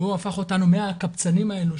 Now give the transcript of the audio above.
והוא הפך אותנו מהקבצנים האלו,